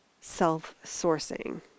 self-sourcing